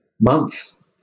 months